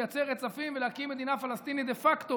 לייצר רצפים ולהקים מדינה פלסטינית דה פקטו,